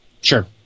Sure